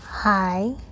hi